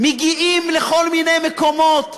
מגיעים לכל מיני מקומות,